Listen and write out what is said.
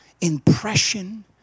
impression